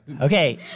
Okay